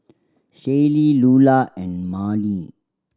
Shaylee Lular and Marni